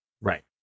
Right